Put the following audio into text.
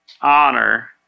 honor